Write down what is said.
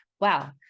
wow